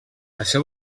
això